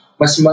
mas